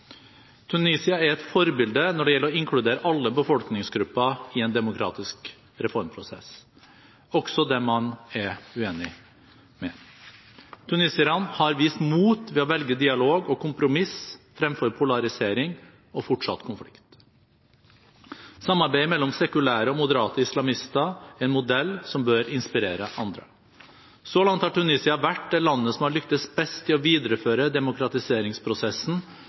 Tunisia er et forbilde når det gjelder å inkludere alle befolkningsgrupper i en demokratisk reformprosess – også dem man er uenig med. Tunisierne har vist mot ved å velge dialog og kompromiss fremfor polarisering og fortsatt konflikt. Samarbeidet mellom sekulære og moderate islamister er en modell som bør inspirere andre. Så langt har Tunisia vært det landet som har lyktes best i å videreføre demokratiseringsprosessen